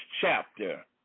chapter